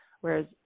Whereas